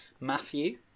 Matthew